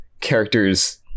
characters